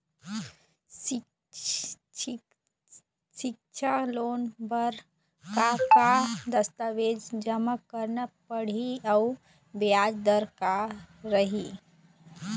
सिक्छा लोन बार का का दस्तावेज जमा करना पढ़ही अउ ब्याज दर का रही?